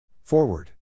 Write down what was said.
Forward